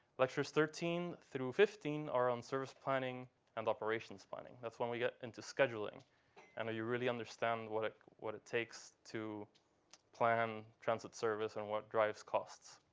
lectures thirteen through fifteen are on service planning and operations planning. that's when we get into scheduling and you really understand what it what it takes to plan transit service and what drives costs.